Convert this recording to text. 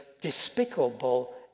despicable